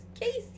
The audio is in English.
Casey